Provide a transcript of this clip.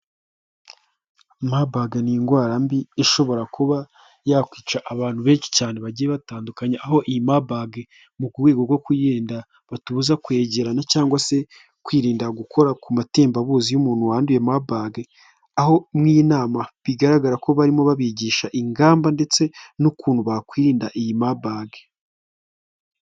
Mabage ni indwara mbi ishobora kuba yakwica abantu benshi cyane bagiye batandukanye, aho iyi Mabage mu rwego rwo kuyirinda, batubuza kwegeranya cyangwa se kwirinda gukora ku matembabuzi y'umuntu wanduye Mabage, aho muri iyi nama bigaragara ko barimo babigisha ingamba ndetse n'ukuntu bakwirinda iyi Mabage.